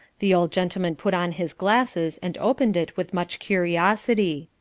the old gentleman put on his glasses and opened it with much curiosity.